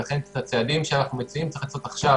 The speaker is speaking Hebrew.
לכן, את הצעדים שאנחנו מציעים צריך לעשות עכשיו